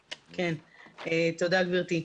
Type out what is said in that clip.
תודה, גברתי.